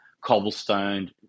cobblestone